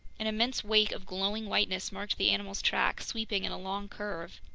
an immense wake of glowing whiteness marked the animal's track, sweeping in a long curve.